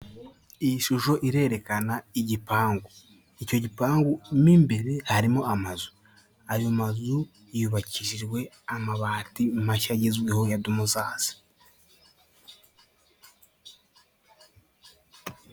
Iyi shusho irerekana igipangu icyo gipangu mo imbere harimo amazu ayo mazu yubakishijwe amabati mashya agezweho ya dumuzazi.